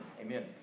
Amen